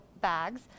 bags